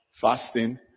fasting